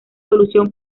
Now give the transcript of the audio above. solución